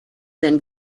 then